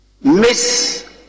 Miss